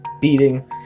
beating